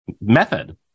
method